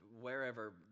wherever